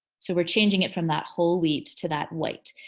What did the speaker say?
so we're changing it from that whole wheat to that white.